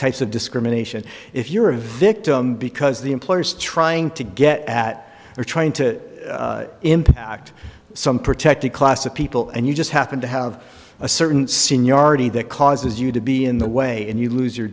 types of discrimination if you're a victim because the employer is trying to get at or trying to impact some protected class of people and you just happen to have a certain seniority that causes you to be in the way and you lose your